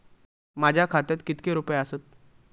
माझ्या खात्यात कितके रुपये आसत?